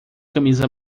camisa